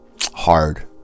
hard